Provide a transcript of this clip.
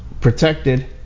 protected